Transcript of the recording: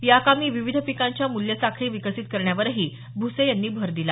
या कामी विविध पिकांच्या मूल्यसाखळी विकसित करण्यावरही भूसे यांनी भर दिला